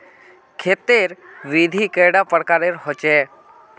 खेत तेर विधि कैडा प्रकारेर होचे?